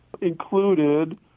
included